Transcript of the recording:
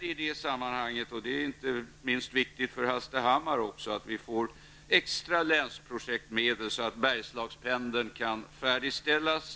I detta sammanhang är det viktigt inte minst för Hallstahammar att vi får extra länsprojektmedel så att Bergslagspendeln kan färdigställas.